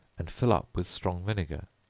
and fill up with strong vinegar,